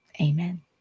Amen